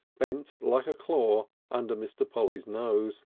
bent like a claw, under mr. polly's nose.